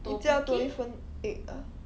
你叫多一份 egg ah